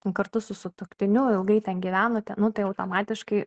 kartu su sutuoktiniu ilgai ten gyvenote nu tai automatiškai